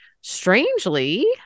strangely